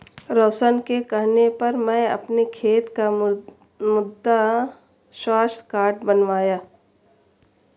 रोशन के कहने पर मैं अपने खेत का मृदा स्वास्थ्य कार्ड बनवाया